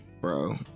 Bro